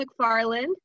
McFarland